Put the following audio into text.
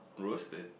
roasted